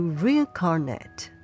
reincarnate